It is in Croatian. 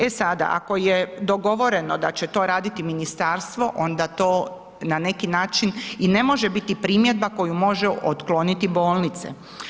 E sada, ako je dogovoreno da će to raditi ministarstvo, onda to na neki način i ne može biti primjedba koju može otkloniti bolnici.